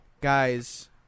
Guys